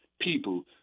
people